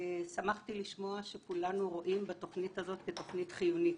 שמחתי לשמוע שכולנו רואים בתוכנית הזאת כתוכנית חיונית.